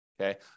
okay